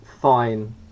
fine